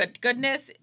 goodness